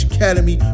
Academy